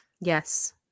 Yes